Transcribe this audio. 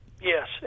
yes